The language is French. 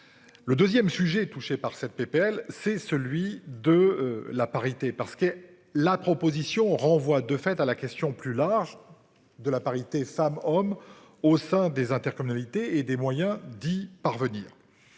Le 2ème sujet touchés par cette PPL c'est celui de la parité parce que la proposition renvoie de fait à la question plus large de la parité femmes-hommes au sein des intercommunalités et des moyens d'y parvenir.